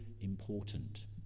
important